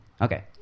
Okay